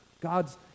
God's